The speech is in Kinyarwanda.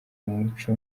umuco